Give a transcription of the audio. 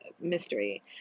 mystery